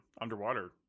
underwater